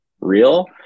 real